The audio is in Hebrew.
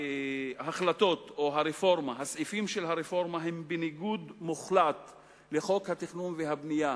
הסעיפים של הרפורמה הם בניגוד מוחלט לחוק התכנון והבנייה